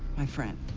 my friend.